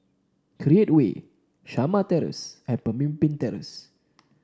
Create Way Shamah Terrace and Pemimpin Terrace